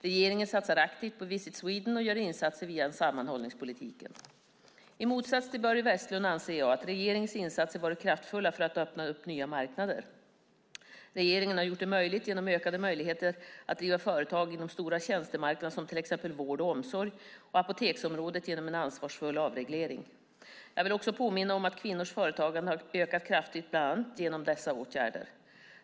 Regeringen satsar aktivt på Visit Sweden och gör insatser via sammanhållningspolitiken. I motsats till Börje Vestlund anser jag att regeringens insatser varit kraftfulla för att öppna nya marknader. Regeringen har gjort det möjligt genom ökade möjligheter att driva företag inom stora tjänstemarknader som till exempel vård och omsorg och apoteksområdet genom en ansvarsfull avreglering. Jag vill också påminna om att kvinnors företagande har ökat kraftigt, bland annat genom dessa åtgärder.